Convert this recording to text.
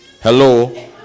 hello